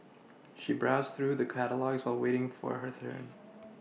she browsed through the catalogues while waiting for her turn